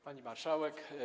Pani Marszałek!